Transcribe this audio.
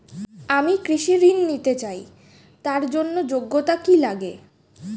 আমি কৃষি ঋণ নিতে চাই তার জন্য যোগ্যতা কি লাগে?